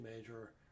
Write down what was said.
major